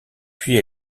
puis